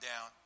down